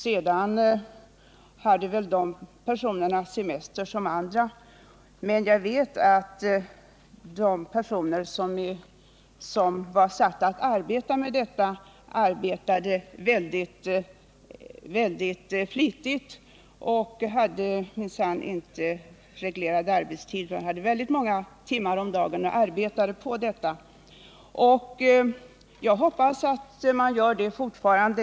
Sedan hade delegationens medlemmar semester som alla andra. Men jag vet att de personer som sattes att arbeta med detta arbetade mycket flitigt och minsann inte hade någon reglerad arbetstid; de arbetade på detta väldigt många timmar om dagen. Jag hoppas att de gör det fortfarande.